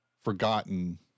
forgotten